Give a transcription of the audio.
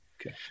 Okay